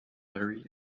larry